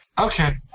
Okay